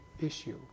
issue